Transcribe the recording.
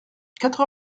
quatre